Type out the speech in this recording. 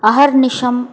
अहर्निशं